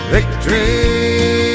Victory